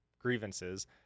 grievances